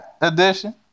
edition